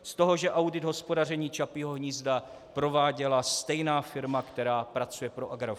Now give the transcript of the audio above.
Z toho, že audit hospodaření Čapího hnízda prováděla stejná firma, která pracuje pro Agrofert.